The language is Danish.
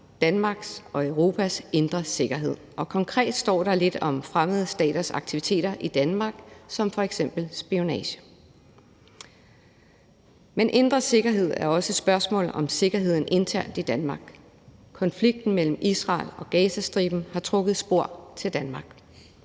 Danmarks og Europas indre sikkerhed. Konkret står der lidt om fremmede staters aktiviteter i Danmark, f.eks. spionage. Men indre sikkerhed er også et spørgsmål om sikkerheden internt i Danmark. Konflikten mellem Israel og Gazastriben har trukket spor til Danmark.